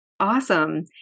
Awesome